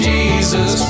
Jesus